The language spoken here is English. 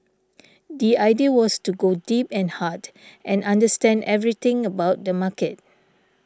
the idea was to go deep and hard and understand everything about the market